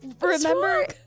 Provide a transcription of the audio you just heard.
remember